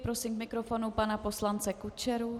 Prosím k mikrofonu pana poslance Kučeru.